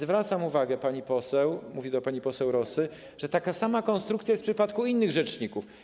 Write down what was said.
Zwracam uwagę, pani poseł, mówię do pani poseł Rosy, że taka sama konstrukcja jest w przypadku innych rzeczników.